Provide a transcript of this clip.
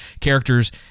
characters